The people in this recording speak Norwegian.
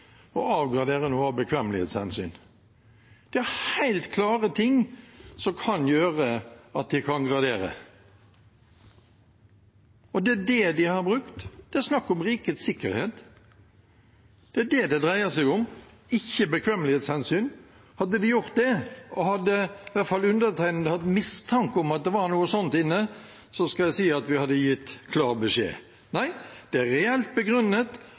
av bekvemmelighetshensyn. Det er helt klare ting som kan gjøre at de kan gradere, og det er det de har brukt. Det er snakk om rikets sikkerhet. Det er det det dreier seg om, ikke bekvemmelighetshensyn. Hadde de gjort det, og hadde jeg hatt mistanke om at det var noe sånt inne i det, skal jeg si at vi hadde gitt klar beskjed. Nei, det er reelt begrunnet,